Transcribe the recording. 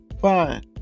fine